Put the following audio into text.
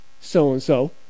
so-and-so